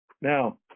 Now